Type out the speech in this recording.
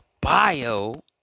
bio